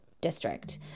district